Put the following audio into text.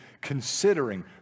considering